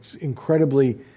incredibly